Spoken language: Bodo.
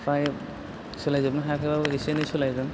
फ्राय सोलायजोबनो हायाखैबाबो एसे एनै सोलायदों